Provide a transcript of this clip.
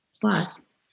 plus